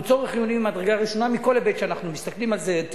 צורך חיוני ממדרגה ראשונה מכל היבט שאנחנו מסתכלים על זה,